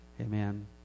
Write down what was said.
Amen